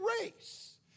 race